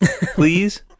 please